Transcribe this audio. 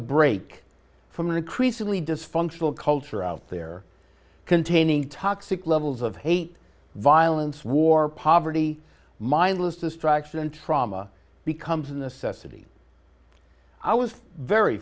break from the increasingly dysfunctional culture out there containing toxic levels of hate violence war poverty mindless distraction and trauma becomes a necessity i was very